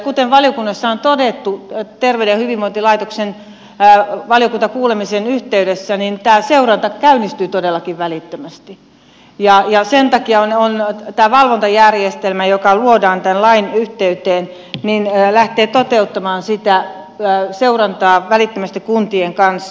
kuten valiokunnassa on todettu terveyden ja hyvinvointilaitoksen valiokuntakuulemisen yhteydessä tämä seuranta käynnistyy todellakin välittömästi ja sen takia tämä valvontajärjestelmä joka luodaan tämän lain yhteyteen lähtee toteuttamaan sitä seurantaa välittömästi kuntien kanssa